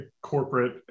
corporate